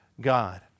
God